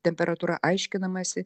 temperatūra aiškinamasi